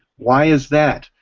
why is that?